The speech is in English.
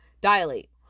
dilate